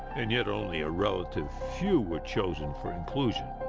and yet only a relative few where chosen for inclusion,